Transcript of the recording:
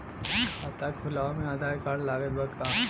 खाता खुलावे म आधार कार्ड लागत बा का?